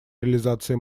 реализации